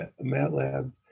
MATLAB